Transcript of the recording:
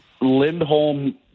Lindholm